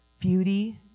beauty